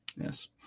Yes